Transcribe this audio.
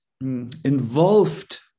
Involved